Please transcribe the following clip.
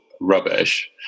rubbish